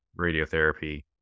radiotherapy